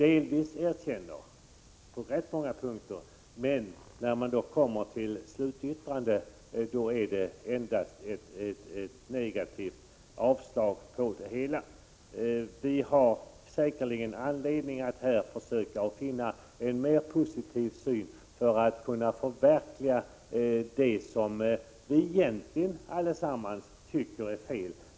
Man erkänner också detta på rätt många punkter, men i slutyttrandet finns det endast ett negativt avslagsyrkande på det hela. Vi har säkerligen anledning att här finna en mer positiv syn för att kunna förverkliga det som alla egentligen tycker är fel.